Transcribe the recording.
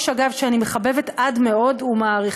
איש שאגב אני מחבבת עד מאוד ומעריכה,